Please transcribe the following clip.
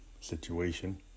situation